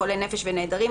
חולי נפש ונעדרים,